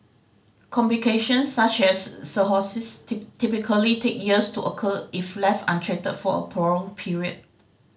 complications such as cirrhosis typically take years to occur if left untreated for a prolonged period